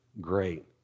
great